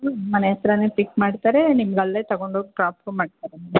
ಮನೆ ಹತ್ರವೇ ಪಿಕ್ ಮಾಡ್ತಾರೆ ನಿಮ್ಗೆ ಅಲ್ಲೇ ತೊಗೊಂಡೊಗಿ ಡ್ರಾಪು ಮಾಡ್ತಾರೆ ಮೇಡಂ